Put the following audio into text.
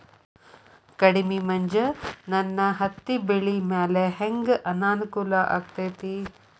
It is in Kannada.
ಕಡಮಿ ಮಂಜ್ ನನ್ ಹತ್ತಿಬೆಳಿ ಮ್ಯಾಲೆ ಹೆಂಗ್ ಅನಾನುಕೂಲ ಆಗ್ತೆತಿ?